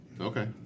Okay